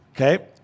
Okay